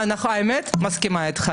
מסכימה איתך.